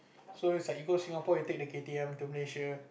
so is like you go Singapore you take the K_T_M to Malaysia